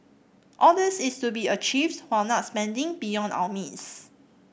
all this is to be achieved while not spending beyond our means